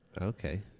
Okay